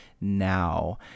now